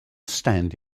stand